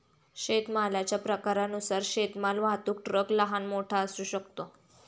शेतमालाच्या प्रकारानुसार शेतमाल वाहतूक ट्रक लहान, मोठा असू शकतो